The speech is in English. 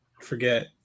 forget